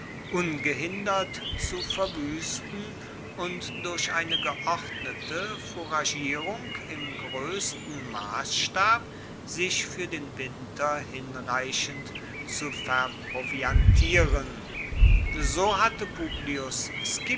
ungehindert zu verwuesten und durch eine geordnete fouragierung im groessten massstab sich fuer den winter hinreichend zu verproviantieren so hatte publius